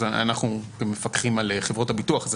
אנחנו כמפקחים על חברות הביטוח.